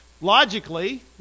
logically